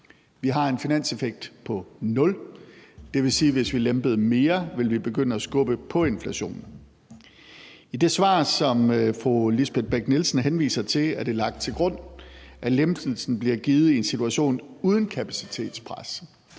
Vi har en finanseffekt på 0, det vil sige, at hvis vi lempede mere, ville vi begynde at skubbe på inflationen. I det svar, som fru Lisbeth Bech-Nielsen henviser til, er det lagt til grund, at lempelsen bliver givet i en situation uden kapacitetspres.